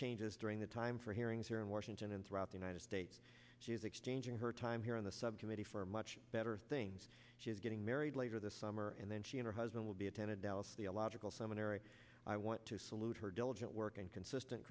changes during the time for hearings here in washington and throughout the united states she is exchanging her time here in the subcommittee for much better things she is getting married later this summer and then she and her husband will be attended dallas the illogical seminary i want to salute her diligent work and consistent